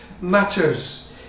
matters